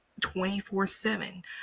24-7